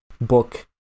book